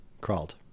crawled